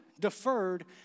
deferred